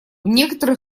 некоторых